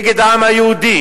נגד העם היהודי.